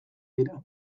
dira